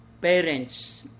parents